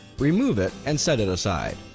remove it and set it aside.